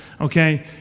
okay